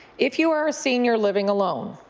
if you are a senior living alone